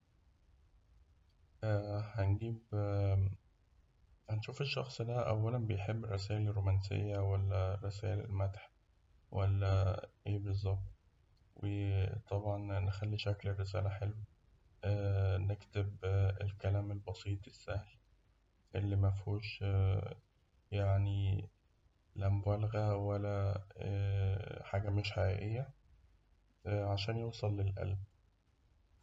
هنجيب هنشوف الشخص ده بيحب الرسايل الرومانسبة ولا رسايل المدح، ولا إيه بالظبط؟ وطبعاً نخلي شكل الرسالة حلو، نكتب الكلام البسيط السهل، اللي مفهوش يعني لا مبالغة ولا حاجة مش حقيقية، عشان يوصل للقلب.